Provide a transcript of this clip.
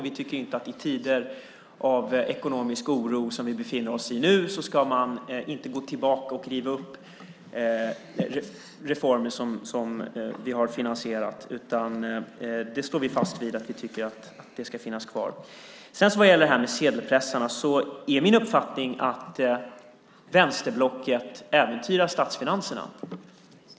Vi tycker inte att man i tider av ekonomisk oro som vi befinner oss i nu ska gå tillbaka och riva upp reformer som vi har finansierat, utan vi står fast vid att de ska finnas kvar. Beträffande sedelpressar är min uppfattning att vänsterblocket äventyrar statsfinanserna.